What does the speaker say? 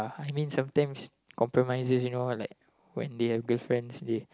I mean sometimes compromise like you know what like when they have girlfriends they